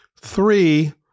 Three